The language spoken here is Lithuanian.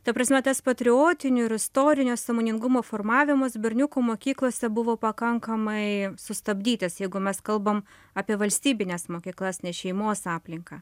ta prasme tas patriotinio ir istorinio sąmoningumo formavimas berniukų mokyklose buvo pakankamai sustabdytas jeigu mes kalbam apie valstybines mokyklas ne šeimos aplinką